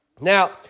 Now